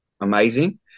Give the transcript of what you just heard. amazing